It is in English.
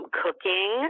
cooking